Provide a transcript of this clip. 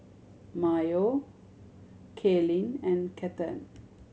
Mayo Kaylyn and Cathern